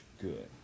good